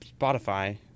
Spotify